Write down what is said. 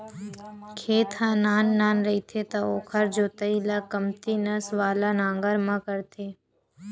खेत ह नान नान रहिथे त ओखर जोतई ल कमती नस वाला नांगर म करथे